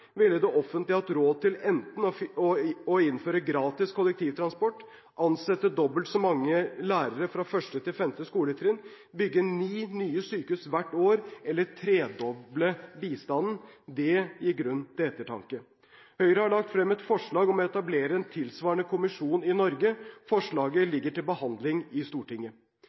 enten å «innføre gratis kollektivtransport, ansette dobbelt så mange lærere på 1. til 5. skoletrinn, bygge ni nye sykehus hvert år, eller tredoble bistanden». Det gir grunn til ettertanke. Høyre har lagt frem et forslag om å etablere en tilsvarende kommisjon i Norge. Forslaget ligger til behandling i Stortinget.